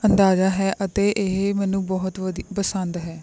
ਅੰਦਾਜ਼ਾ ਹੈ ਅਤੇ ਇਹ ਮੈਨੂੰ ਬਹੁਤ ਵਧੀਆ ਪਸੰਦ ਹੈ